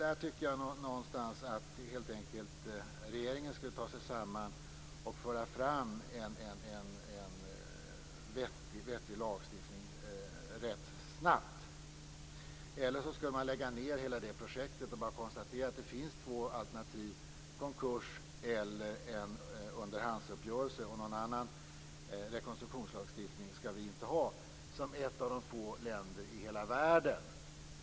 Jag tycker helt enkelt att regeringen där någonstans skulle ta sig samman och föra fram en vettig lagstiftning rätt snabbt. Eller också skulle man lägga ned hela det projektet och bara konstatera att det finns två alternativ, konkurs eller en underhandsuppgörelse. Någon annan rekonstruktionslagstiftning skall vi inte ha, som ett av få länder i hela världen.